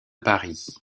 paris